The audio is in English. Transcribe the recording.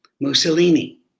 Mussolini